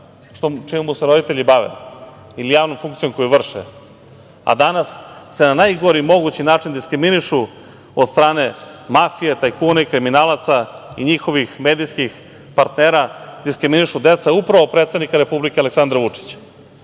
čime mu se roditelji bave ili javnom funkcijom koju vrše. Danas se na najgori mogući način diskriminišu od strane mafije, tajkuna i kriminalaca i njihovih medijskih partnera, diskriminišu deca upravo predsednika Republike, Aleksandra Vučića. Njima